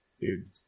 dude